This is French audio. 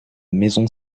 maison